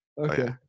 Okay